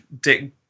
Dick